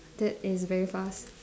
that is very fast